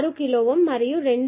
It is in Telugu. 6 కిలోΩ మరియు 2